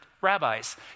rabbis